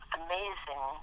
amazing